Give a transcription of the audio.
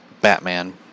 Batman